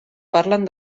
parlen